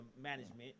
management